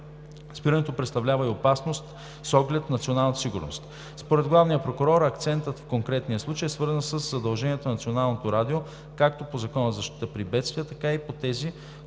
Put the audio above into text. спирането представлява и опасност с оглед националната сигурност. Според главния прокурор акцентът в конкретния случай е свързан със задълженията на Националното радио както по Закона за защита при бедствия, така и по тези,